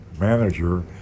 manager